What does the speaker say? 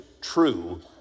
True